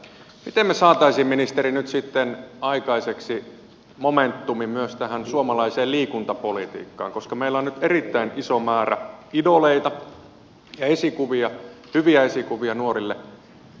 miten me saisimme ministeri nyt aikaiseksi momentumin myös suomalaiseen liikuntapolitiikkaan koska meillä on nyt erittäin iso määrä idoleita ja esikuvia hyviä esikuvia nuorille